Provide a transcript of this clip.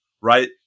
right